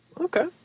Okay